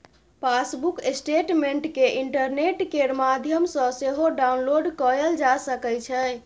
passbook statement केँ internet केर माध्यमसँ सेहो डाउनलोड कएल जा सकै छै